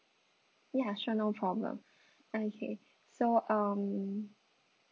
ya sure no problem okay so um